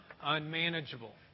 unmanageable